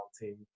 team